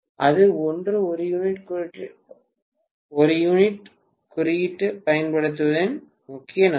அது ஒன்று ஒரு யூனிட் குறியீட்டைப் பயன்படுத்துவதன் முக்கிய நன்மைகள்